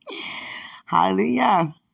Hallelujah